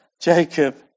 Jacob